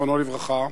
זכרו לברכה,